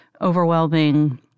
overwhelming